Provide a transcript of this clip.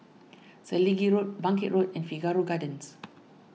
Selegie Road Bangkit Road and Figaro Gardens